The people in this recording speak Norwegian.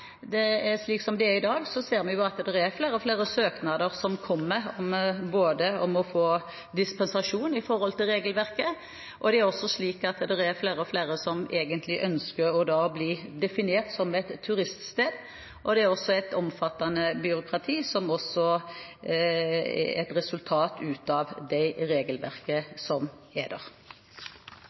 i dag, ser vi at det kommer flere og flere søknader om å få dispensasjon fra regelverket, og det er også flere og flere som egentlig ønsker å bli definert som et turiststed. Det er også et omfattende byråkrati som er et resultat av det regelverket som er.